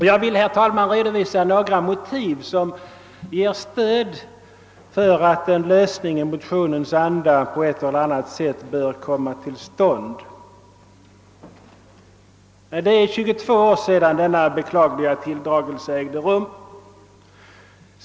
Jag vill, herr talman, redovisa några motiv för att en lösning i motionens anda på ett eller annat sätt bör komma till stånd. Det är 22 år sedan denna beklagliga tilldragelse ägde rum.